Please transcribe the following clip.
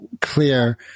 clear